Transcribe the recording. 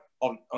on